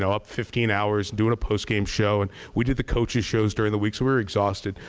so up fifteen hours doing a post-game show and we did the coaching shows during the week. so, we're exhausted.